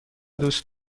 دوست